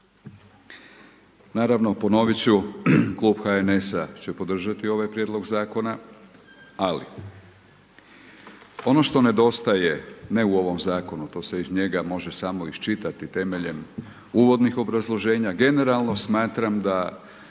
Naravno, ponovit ću, klub HNS-a će podržati ovaj prijedlog zakona. Ali, ono što nedostaje, ne u ovom zakonu, to se iz njega može samo iščitati temeljem uvodnih obrazloženja, generalno smatram da